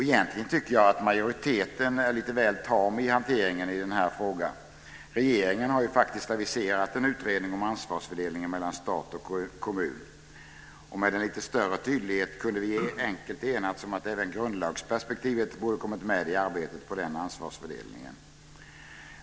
Egentligen tycker jag att majoriteten är lite väl tam i hanteringen i denna fråga. Regeringen har faktiskt aviserat en utredning om ansvarsfördelningen mellan stat och kommun. Med en lite större tydlighet kunde vi enkelt ha enats om att även grundlagsperspektivet borde ha kommit med i arbetet med den ansvarsfördelningen.